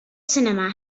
sinema